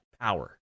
power